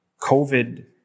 COVID